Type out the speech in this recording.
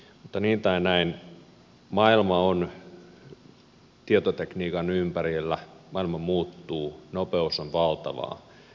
mutta niin tai näin maailma on tietotekniikan ympärillä maailma muuttuu nopeus on valtavaa